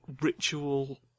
ritual